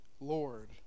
Lord